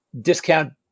discount